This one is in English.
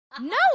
No